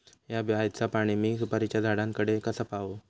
हया बायचा पाणी मी सुपारीच्या झाडान कडे कसा पावाव?